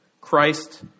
Christ